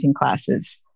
classes